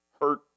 Hurt